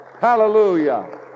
Hallelujah